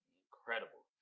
incredible